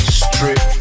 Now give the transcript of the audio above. strip